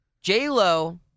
J-Lo